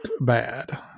bad